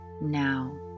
now